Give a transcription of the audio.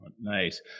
Nice